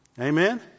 Amen